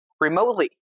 remotely